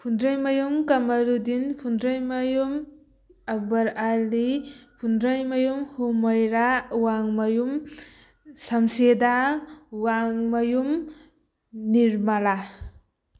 ꯐꯨꯟꯗ꯭ꯔꯩꯃꯌꯨꯝ ꯀꯃꯥꯔꯨꯗꯤꯟ ꯐꯨꯟꯗ꯭ꯔꯩꯃꯌꯨꯝ ꯑꯛꯕꯔ ꯑꯂꯤ ꯐꯨꯟꯗ꯭ꯔꯩꯃꯌꯨꯝ ꯍꯨꯃꯣꯏꯔꯥ ꯋꯥꯡꯃꯌꯨꯝ ꯁꯝꯁꯤꯗꯥ ꯋꯥꯡꯃꯌꯨꯝ ꯅꯤꯔꯃꯂꯥ